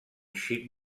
xic